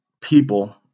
people